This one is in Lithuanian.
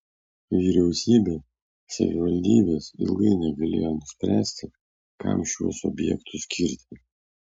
vyriausybė savivaldybės ilgai negalėjo nuspręsti kam šiuos objektus skirti